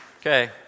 Okay